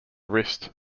wrist